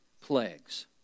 plagues